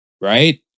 Right